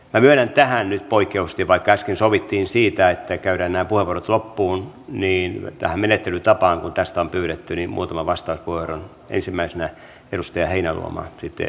minä myönnän nyt poikkeuksellisesti vaikka äsken sovittiin siitä että käydään nämä puheenvuorot loppuun tähän menettelytapaan kun tästä on pyydetty riimu tulevasta koiran ensimmäisenä edustaja muutaman vastauspuheenvuoron